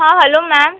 हा hello ma'am